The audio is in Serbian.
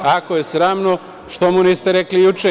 Ako je sramno, što mu niste rekli juče?